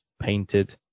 painted